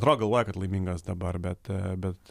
atrodo galvoja kad laimingas dabar bet bet